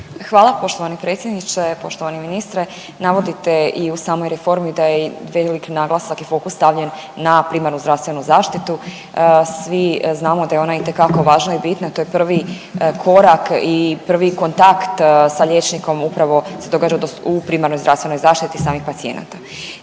Hvala poštovani predsjedniče, poštovani ministre. Navodite i u samoj reformi da je velik naglasak i fokus stavljen na primarnu zdravstvenu zaštitu. Svi znamo da je ona itekako važna i bitna, to je prvi korak i prvi kontakt sa liječnikom upravo se događa u primarnoj zdravstvenoj zaštiti samih pacijenata.